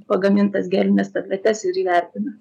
pagamintas gelines tabletes ir įvertina